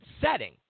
setting